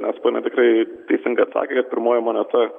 nes ponia tikrai teisingai atsakė kad pirmoji moneta